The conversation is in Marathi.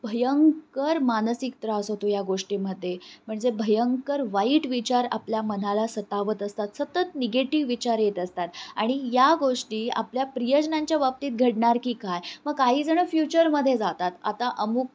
भयंकर मानसिक त्रास होतो या गोष्टीमध्ये म्हणजे भयंकर वाईट विचार आपल्या मनाला सतावत असतात सतत निगेटिव्ह विचार येत असतात आणि या गोष्टी आपल्या प्रियजनांच्या बाबतीत घडणार की काय मग काहीजणं फ्युचरमध्ये जातात आता अमूक